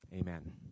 Amen